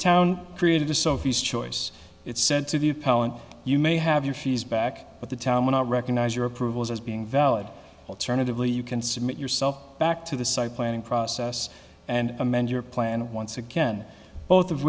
town created to sophie's choice its sense of you you may have your shoes back but the town would not recognize your approvals as being valid alternatively you can submit yourself back to the site planning process and amend your plan once again both of